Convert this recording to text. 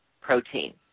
protein